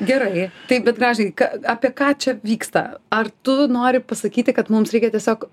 gerai taip bet gražvydai ką apie ką čia vyksta ar tu nori pasakyti kad mums reikia tiesiog